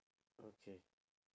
okay